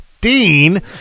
Dean